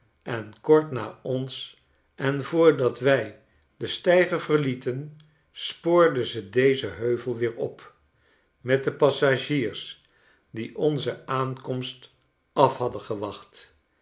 heeft enkort naons en voordat wij den steiger verlieten spoorde ze dezen heuvel weer op met de passagiers die onze aankomst af hadden gewacht